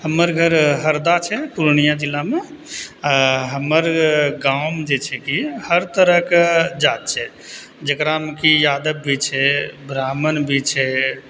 हमर घर हरदा छै पूर्णियाँ जिलामे आओर हमर गाँवमे जे छै कि हर तरहके जाति छै जकरामे कि यादव भी छै ब्राह्मण भी छै